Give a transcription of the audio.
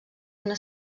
una